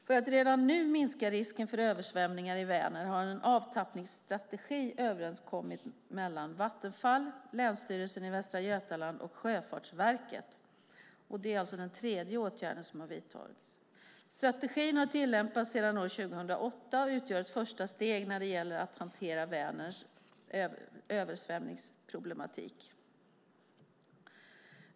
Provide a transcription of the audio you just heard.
För att redan nu minska risken för översvämningar i Vänern har en avtappningsstrategi överenskommits mellan Vattenfall, Länsstyrelsen i Västra Götaland och Sjöfartsverket. Det är den tredje åtgärd som har vidtagits. Strategin har tillämpats sedan år 2008 och utgör ett första steg när det gäller att hantera Vänerns översvämningsproblematik.